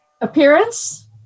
appearance